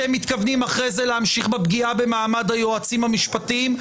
אתם מתכוונים אחרי זה להמשיך בפגיעה במעמד היועצים המשפטיים.